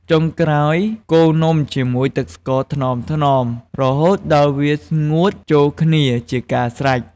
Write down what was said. ចុងក្រោយ កូរនំជាមួយទឹកស្ករថ្នមៗ រហូតដល់វាស្ងួតចូលគ្នាជាការស្រេច។